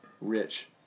rich